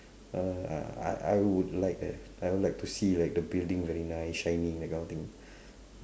uh I I would like that I would like to see like the building very nice shining that kind of thing